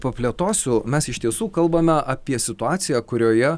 paplėtosiu mes iš tiesų kalbame apie situaciją kurioje